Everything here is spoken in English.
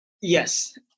Yes